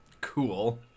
cool